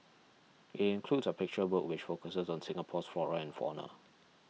it includes a picture book which focuses on Singapore's flora and fauna